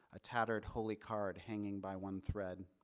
a tattered holy card hanging by one thread.